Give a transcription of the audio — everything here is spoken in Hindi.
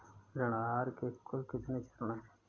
ऋण आहार के कुल कितने चरण हैं?